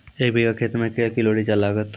एक बीघा खेत मे के किलो रिचा लागत?